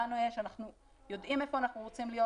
אנחנו יודעים איפה אנחנו רוצים להיות